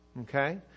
Okay